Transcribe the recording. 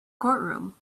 courtroom